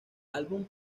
álbum